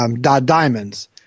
diamonds